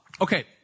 Okay